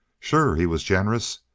sure he was generous.